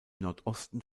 nordosten